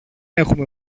έχουμε